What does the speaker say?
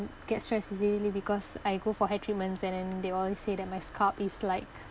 get stressed easily because I go for hair treatments and then they all say that my scalp is like